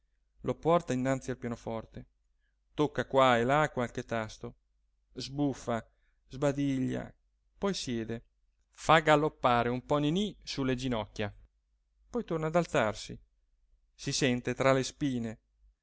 lo porta innanzi al pianoforte tocca qua e là qualche tasto sbuffa sbadiglia poi siede fa galoppare un po ninì su le ginocchia poi torna ad alzarsi si sente tra le spine